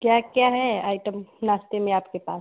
क्या क्या है आइटम नाश्ते में आपके पास